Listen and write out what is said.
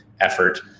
effort